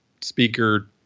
speaker